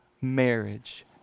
marriage